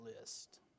list